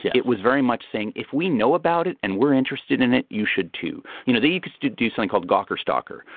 yeah it was very much saying, if we know about it and we're interested in it, you should too. you know, they used to do something called gawker stalker,